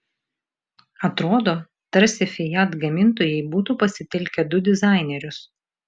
atrodo tarsi fiat gamintojai būtų pasitelkę du dizainerius